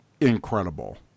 incredible